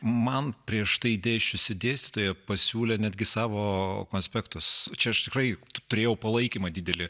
man prieš tai dėsčiusi dėstytoja pasiūlė netgi savo konspektus čia aš tikrai turėjau palaikymą didelį